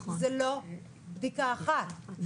זה לא בדיקה אחת,